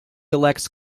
elects